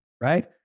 right